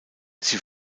sie